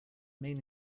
main